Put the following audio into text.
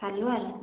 hello hello